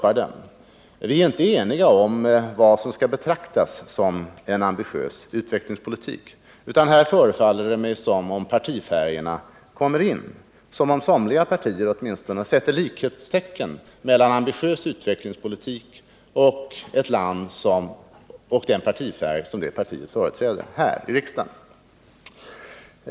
Vi är ju inte eniga om vad som skall betraktas som en ambitiös utvecklingspolitik, utan här förefaller det mig som om partifärgerna kommer in. Det verkar som om åtminstone somliga partier sätter likhetstecken mellan ambitiös utvecklingspolitik och den partifärg som resp. parti företräder här i riksdagen.